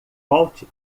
volte